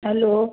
hello